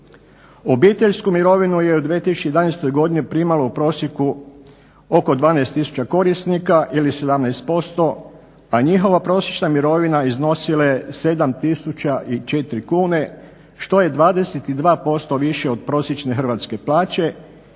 Obiteljsku mirovinu je u 2011.godini primalo u prosjeku oko 12 tisuća korisnika ili 17%, a njihova prosječna mirovina iznosila je 7.004 kune što je 22% više od prosječne hrvatske plaće